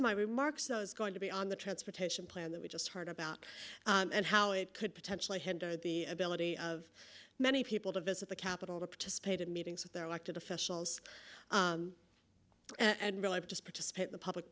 of my remarks is going to be on the transportation plan that we just heard about and how it could potentially hinder the ability of many people to visit the capital to participate in meetings with their elected officials and realize just participate the public